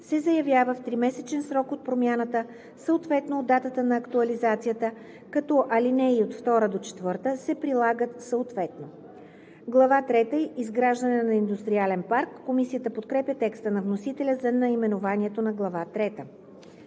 се заявява в тримесечен срок от промяната, съответно от датата на актуализацията, като ал. 2 – 4 се прилагат съответно.“ „Глава трета – Изграждане на индустриален парк“. Комисията подкрепя текста на вносителя за наименованието на Глава трета.